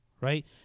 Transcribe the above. right